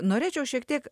norėčiau šiek tiek